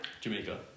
Jamaica